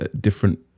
different